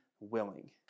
willing